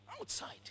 Outside